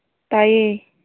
ꯇꯥꯏꯌꯦ